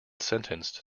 sentenced